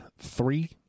Three